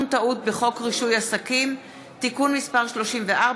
טעות בחוק רישוי עסקים (תיקון מס' 34),